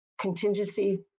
contingency